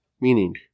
Meaning